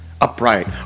upright